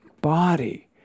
body